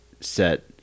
set